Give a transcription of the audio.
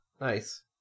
Nice